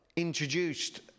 introduced